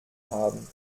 haben